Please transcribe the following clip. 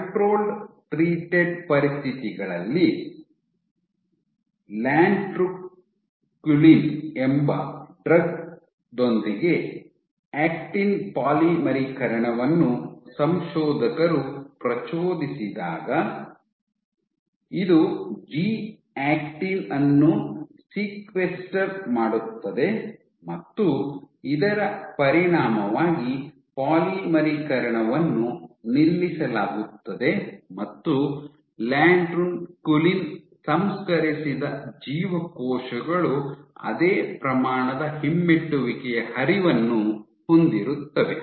controlled treated ಪರಿಸ್ಥಿತಿಗಳಲ್ಲಿ latrunculin ಎಂಬ drug ದೊಂದಿಗೆ ಆಕ್ಟಿನ್ ಪಾಲಿಮರೀಕರಣವನ್ನು ಸಂಶೋಧಕರು ಪ್ರಚೋದಿಸಿದಾಗ ಇದು ಜಿ ಆಕ್ಟಿನ್ ಅನ್ನು ಸೀಕ್ವೆಸ್ಟರ್ ಮಾಡುತ್ತದೆ ಮತ್ತು ಇದರ ಪರಿಣಾಮವಾಗಿ ಪಾಲಿಮರೀಕರಣವನ್ನು ನಿಲ್ಲಿಸಲಾಗುತ್ತದೆ ಮತ್ತು ಲ್ಯಾಟ್ರುನ್ಕುಲಿನ್ ಸಂಸ್ಕರಿಸಿದ ಜೀವಕೋಶಗಳು ಅದೇ ಪ್ರಮಾಣದ ಹಿಮ್ಮೆಟ್ಟುವಿಕೆಯ ಹರಿವನ್ನು ಹೊಂದಿರುತ್ತವೆ